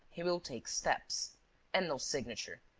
he will take steps and no signature,